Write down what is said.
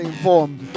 informed